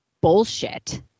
bullshit